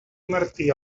martí